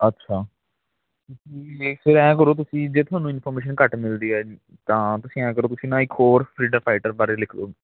ਅੱਛਾ ਵੇਖ ਫਿਰ ਐਂਏ ਕਰੋ ਤੁਸੀਂ ਜੇ ਤੁਹਾਨੂੰ ਇਨਫੋਰਮੇਸ਼ਨ ਘੱਟ ਮਿਲਦੀ ਹੈ ਤਾਂ ਤੁਸੀਂ ਐਂਏ ਕਰੋ ਤੁਸੀਂ ਨਾ ਇੱਕ ਹੋਰ ਫਰੀਡਮ ਫਾਈਟਰ ਬਾਰੇ ਲਿਖ ਦੋ